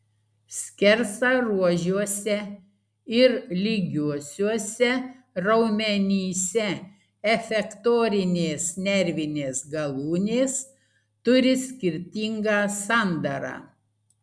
skersaruožiuose ir lygiuosiuose raumenyse efektorinės nervinės galūnės turi skirtingą sandarą